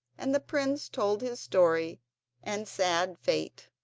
and the prince told his story and sad fate.